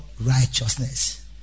righteousness